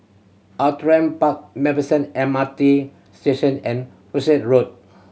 Outram Park Macpherson M R T Station and Rosyth Road